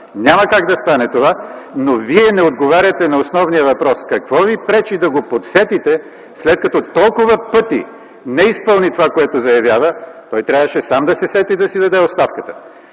няма как да стане. Вие не отговаряте на основния въпрос: какво Ви пречи да го подсетите? След като толкова пъти не изпълни това, което заявява, той трябваше сам да се сети да си даде оставката.